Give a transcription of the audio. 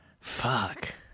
Fuck